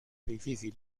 difícil